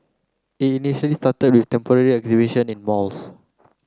it initially with temporary exhibitions in malls